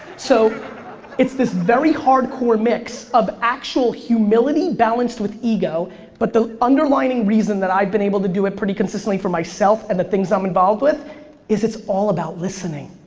so it's this very hardcore mix of actual humility balanced with ego but the underlining reason that i've been able to do it pretty consistently for myself and the things i'm involved with is it's all about listening.